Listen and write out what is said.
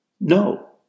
No